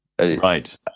Right